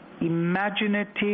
imaginative